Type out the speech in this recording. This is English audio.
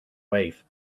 wave